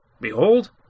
Behold